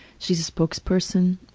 she's a spokesperson,